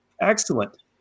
Excellent